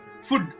Food